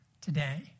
today